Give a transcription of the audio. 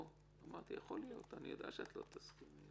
אמרתי "יכול להיות", אני יודע שלא תסכימי.